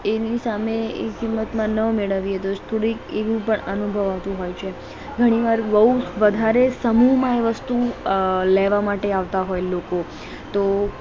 એની સામે એ કિંમતમાં ન મેળવીએ તો થોડીક એવું પણ અનુભવાતું હોય છે ઘણીવાર બહુ વધારે સમૂહમાં એ વસ્તુ અ લેવા માટે આવતા હોય લોકો તો